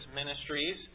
ministries